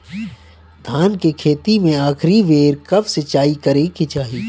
धान के खेती मे आखिरी बेर कब सिचाई करे के चाही?